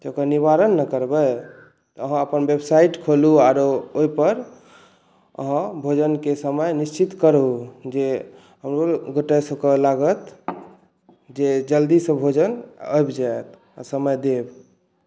तऽ ओकर निवारण ने करबै अहाँ अपन वेबसाइट खोलू आओर ओहिपर अहाँ भोजनके समय निश्चित करू जे आनोगोटा सबके लागत जे जल्दीसँ भोजन आबि जाएत आओर समय देब